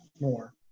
more